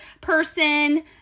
person